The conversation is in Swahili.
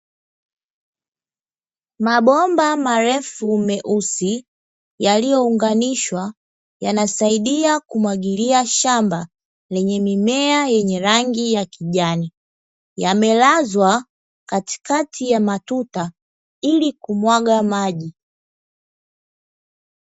Mabomba marefu meusi yaliyounganishwa yanasaidia kumwagilia shamba lenye mimea yenye rangi ya kijani. Yamelazwa katikati ya matuta ili kumwaga maji.